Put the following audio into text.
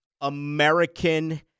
American